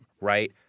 right